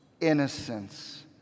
innocence